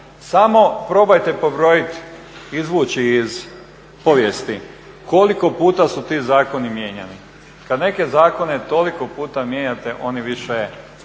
Samo probajte pobrojati, izvući iz povijesti koliko puta su ti zakoni mijenjani. Kad neke zakone toliko puta mijenjate oni više